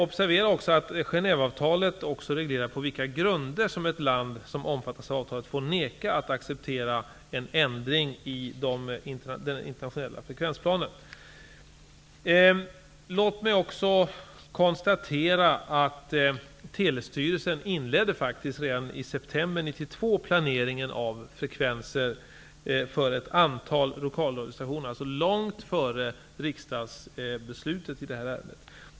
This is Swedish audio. Observera också att Genèveavtalet även reglerar på vilka grunder som ett land som omfattas av avtalet får vägra att acceptera en ändring i den internationella frekvensplanen. Telestyrelsen inledde faktiskt redan i september 1992, alltså långt före riksdagsbeslutet i det här ärendet, planeringen av frekvenser för ett antal lokalradiostationer.